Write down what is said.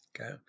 okay